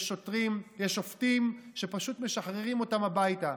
יש שוטרים, יש שופטים שפשוט משחררים אותם הביתה.